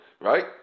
right